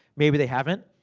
maybe they haven't.